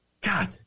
God